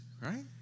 Right